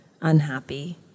unhappy